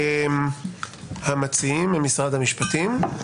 המציעים ממשרד המשפטים,